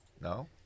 No